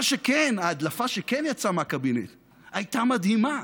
מה שכן, ההדלפה שכן יצאה מהקבינט הייתה מדהימה,